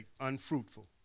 unfruitful